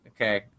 okay